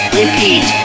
repeat